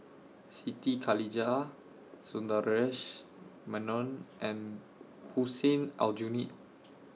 Siti Khalijah Sundaresh Menon and Hussein Aljunied